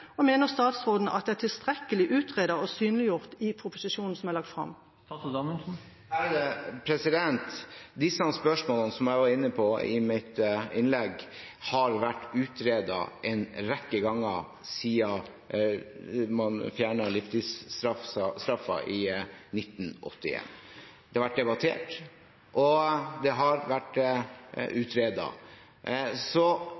og mener statsråden at det er tilstrekkelig utredet og synliggjort i proposisjonen som er lagt fram? Disse spørsmålene, som jeg var inne på i mitt innlegg, har vært utredet en rekke ganger siden man fjernet livstidsstraffen i 1981. Det har vært debattert, og det har vært utredet. Så